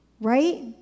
Right